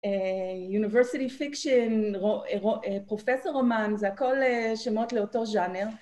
יוניברסיטי פיקשן, פרופסור רומן, זה הכל שמות לאותו ז'אנר